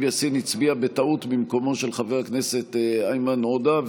יאסין הצביעה בטעות במקומו של חבר הכנסת איימן עודה.